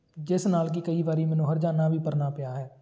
ਜਿਸ ਨਾਲ ਕਿ ਕਈ ਵਾਰੀ ਮੈਨੂੰ ਹਰਜਾਨਾ ਵੀ ਭਰਨਾ ਪਿਆ ਹੈ